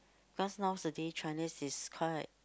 cause nowadays Chinese is quite